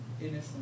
innocent